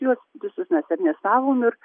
juos visus mes amnestavom ir